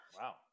Wow